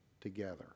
together